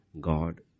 God